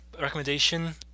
recommendation